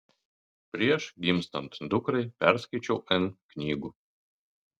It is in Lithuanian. prieš gimstant dukrai perskaičiau n knygų